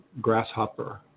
grasshopper